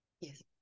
Yes